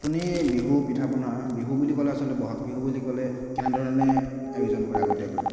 আপুনি বিহুৰ পিঠা পনা বিহু বুলি ক'লে আচলতে ব'হাগ বিহু বুলি ক'লে কেনেধৰণে আয়োজন কৰে আগতীয়াকৈ